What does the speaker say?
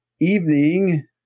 evening